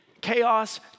chaos